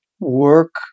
work